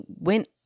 went